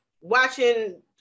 watching